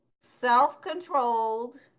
self-controlled